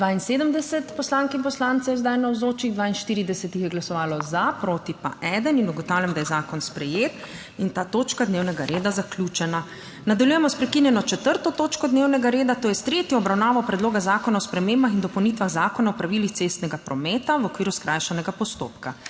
72 poslank in poslancev je zdaj navzočih, 42 jih je glasovalo za, proti pa eden. (Za je glasovalo 42.) (Proti 1.) In ugotavljam, da je zakon sprejet in ta točka dnevnega reda zaključena. Nadaljujemo s prekinjeno 4. točko dnevnega reda, to je s tretjo obravnavo Predloga zakona o spremembah in dopolnitvah Zakona o pravilih cestnega prometa v okviru skrajšanega postopka.